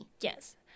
yes